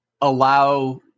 allow